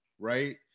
right